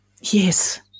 Yes